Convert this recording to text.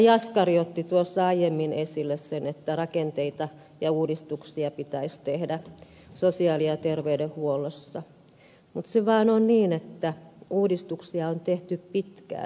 jaskari otti tuossa aiemmin esille sen että rakenteita ja uudistuksia pitäisi tehdä sosiaali ja terveydenhuollossa mutta se vaan on niin että uudistuksia on tehty pitkään